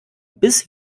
bis